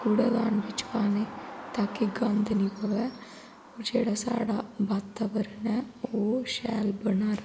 पाने कूडेदान बिच पाने ताकि गंद नेई पवै और जेहड़ा साढ़ा बातावरण ऐ ओह् शैल बना रवै